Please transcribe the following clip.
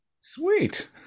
Sweet